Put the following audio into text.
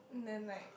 and then like